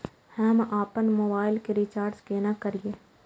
हम आपन मोबाइल के रिचार्ज केना करिए?